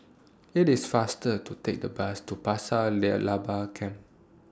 IT IS faster to Take The Bus to Pasir near Laba Camp